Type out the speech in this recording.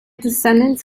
descendants